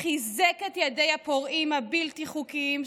חיזק את ידי הפורעים הבלתי-חוקיים,